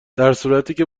درصورتیکه